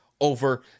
over